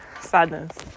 Sadness